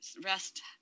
rest